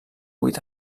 vuit